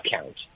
account